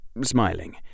smiling